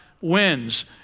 wins